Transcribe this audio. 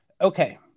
Okay